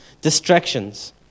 distractions